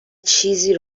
چیزی